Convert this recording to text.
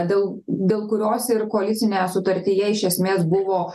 dėl dėl kurios ir koalicinėje sutartyje iš esmės buvo